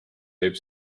võib